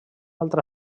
altra